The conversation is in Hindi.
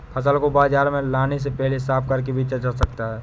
फसल को बाजार में लाने से पहले साफ करके बेचा जा सकता है?